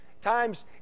times